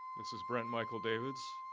this is brent michael davids.